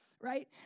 right